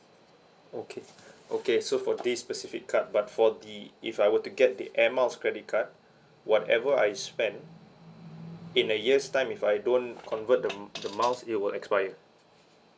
okay okay so for this specific card but for the if I were to get the air miles credit card whatever I spend in a year's time if I don't convert the the miles it will expire